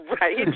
Right